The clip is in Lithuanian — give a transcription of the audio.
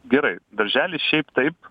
gerai darželis šiaip taip